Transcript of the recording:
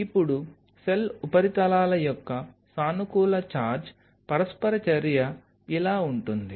ఇప్పుడు సెల్ ఉపరితలాల యొక్క సానుకూల చార్జ్ పరస్పర చర్య ఇలా ఉంటుంది